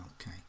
okay